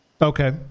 Okay